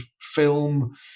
film